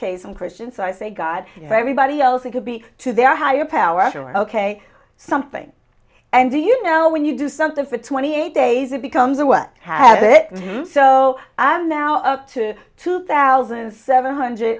case i'm christian so i say god for everybody else it could be to their higher power ok something and do you know when you do something for twenty eight days it becomes a what have it so i'm now up to two thousand seven hundred